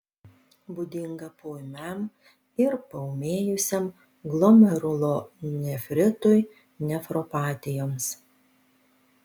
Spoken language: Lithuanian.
būdinga poūmiam ir paūmėjusiam glomerulonefritui nefropatijoms